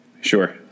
Sure